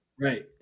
right